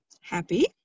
Happy